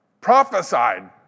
prophesied